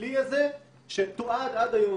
בכלי הזה שתועד עד היום.